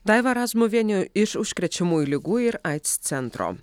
daiva razmuvienė iš užkrečiamųjų ligų ir aids centro